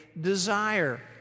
desire